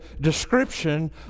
description